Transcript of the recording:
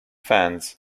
fans